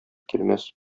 килмәс